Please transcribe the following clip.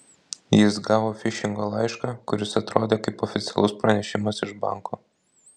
jis gavo fišingo laišką kuris atrodė kaip oficialus pranešimas iš banko